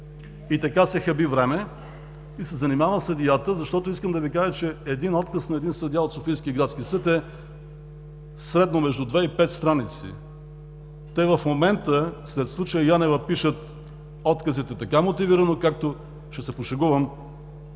Така се хаби време, занимава се съдията, защото, искам да Ви кажа, че един отказ на един съдия от Софийския градски съд е средно между 2 и 5 страници. Те в момента, след случая Янева, пишат отказите така мотивирано, както, ще се пошегувам,